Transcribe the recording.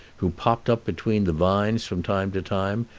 who popped up between the vines from time to time,